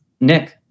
Nick